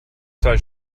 zwei